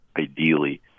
ideally